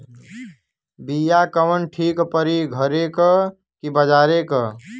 बिया कवन ठीक परी घरे क की बजारे क?